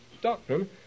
doctrine